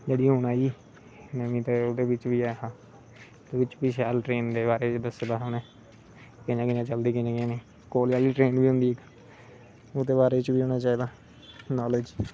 जेहडी हून आई नमी ते ओहदे बिच बी ऐ हा ओहदे बिच बी शैल ट्रैन दे बारे च दस्से दा हा उनें कियां कियां चलदी कियां नेई कोले आहली ट्रैन बी होंदी ही ओहदे बारे च बी होना चाहिदा नाॅलेज